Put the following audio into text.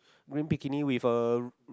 green bikini with a